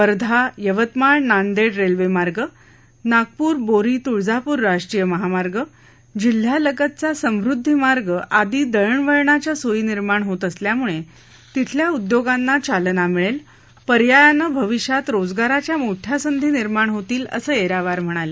Wardha Yavatmal Nanded railway मार्ग नागपूर बोरी तुळजापूर राष्ट्रीय महामार्ग जिल्ह्यालगतचा समृध्दी मार्ग आदी दळणवळणाच्या सोयी निर्माण होत असल्यामुळे तिथल्या उद्योगांना चालना मिळेल पर्यायानं भविष्यात रोजगाराच्या मोठ्या संधी निर्माण होतील असं येरावार यांनी सांगितलं